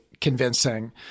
convincing